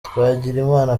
twagirimana